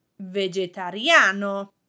vegetariano